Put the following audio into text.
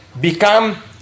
become